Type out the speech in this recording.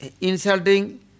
insulting